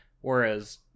Whereas